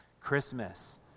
Christmas